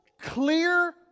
clear